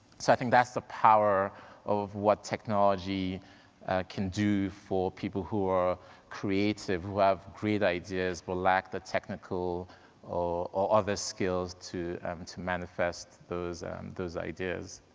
so i think that's the power of what technology can do for people who are creative, who have great ideas but lack the technical or other skills to to manifest those those ideas.